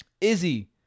Izzy